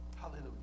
Hallelujah